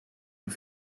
een